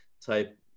type